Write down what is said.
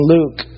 Luke